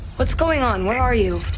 what's going on? where are you?